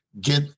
get